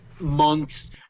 monks